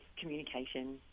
communication